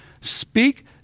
Speak